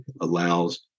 allows